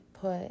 put